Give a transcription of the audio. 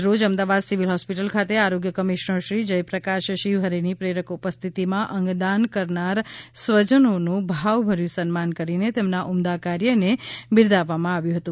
આજ રોજ Ahmedabad civil hospital ખાતે આરોગ્ય કમિશ્નરશ્રી જયપ્રકાશ શીવહરેની પ્રેરક ઉપસ્થિતિમાં અંગદાન કરનાર સ્વજનોનું ભાવભર્યુ સન્માન કરીને તેમના ઉમદા કાર્યને બિરદાવવામાં આવ્યું હતુ